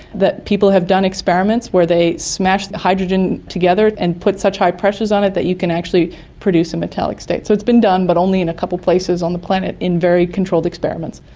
people have done experiments where they smash hydrogen together and put such high pressures on it that you can actually produce a metallic state. so it's been done but only in a couple of places on the planet in very controlled experiments.